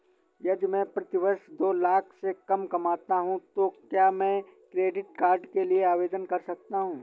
यदि मैं प्रति वर्ष दो लाख से कम कमाता हूँ तो क्या मैं क्रेडिट कार्ड के लिए आवेदन कर सकता हूँ?